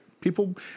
People